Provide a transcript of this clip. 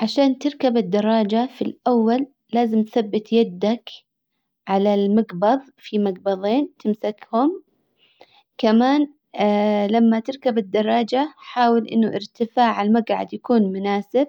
عشان تركب الدراجة في الاول لازم تثبت يدك على المقبظ في مقبظين تمسكهم كمان لما تركب الدراجة حاول انه ارتفاع المجعد يكون مناسب